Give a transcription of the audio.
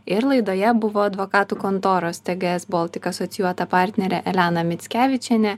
ir laidoje buvo advokatų kontoros tgs baltic asocijuota partnerė elena mickevičienė